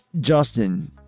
Justin